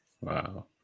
Wow